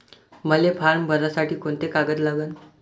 मले फारम भरासाठी कोंते कागद लागन?